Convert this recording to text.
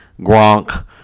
Gronk